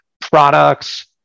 Products